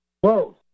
Whoa